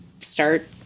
start